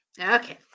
Okay